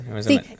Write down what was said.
See